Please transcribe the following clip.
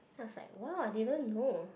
then was like !wah! they don't know